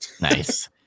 Nice